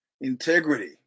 Integrity